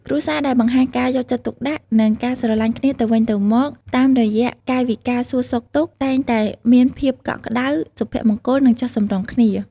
គ្រួសារដែលបង្ហាញការយកចិត្តទុកដាក់ និងការស្រឡាញ់គ្នាទៅវិញទៅមកតាមរយៈកាយវិការសួរសុខទុក្ខ តែងតែមានភាពកក់ក្ដៅ សុភមង្គល និងចុះសម្រុងល្អ។